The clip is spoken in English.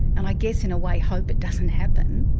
and i guess in a way, hope it doesn't happen.